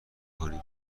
کنیم